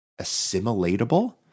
assimilatable